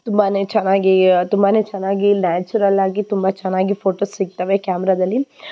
ತುಂಬ ಚೆನ್ನಾಗಿ ತುಂಬ ಚೆನ್ನಾಗಿ ನ್ಯಾಚುರಲ್ಲಾಗಿ ತುಂಬ ಚೆನ್ನಾಗಿ ಫೋಟೋ ಸಿಗ್ತವೆ ಕ್ಯಾಮ್ರಾದಲ್ಲಿ